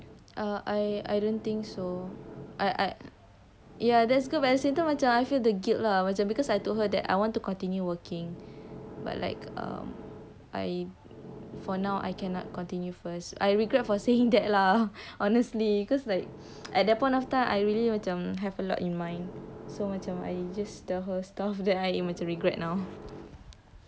err I I don't think so I I ya that's good but at the same time macam I feel the guilt lah because I told her that I want to continue working but like um I for now I cannot continue first I regret for saying that lah honestly because like at that point of time I really you macam have a lot in mind so macam I tell her stuff that I macam regret now